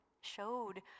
showed